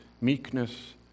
meekness